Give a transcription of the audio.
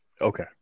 Okay